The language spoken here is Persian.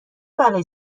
بلایی